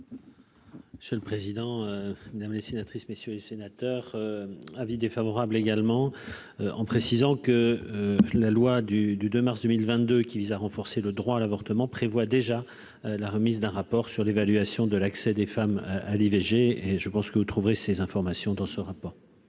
C'est le président madame dessinatrice, messieurs les sénateurs, avis défavorable également en précisant que la loi du du 2 mars 2022, qui vise à renforcer le droit à l'avortement prévoit déjà la remise d'un rapport sur l'évaluation de l'accès des femmes à l'IVG et je pense que vous trouverez ces informations dans ce rapport.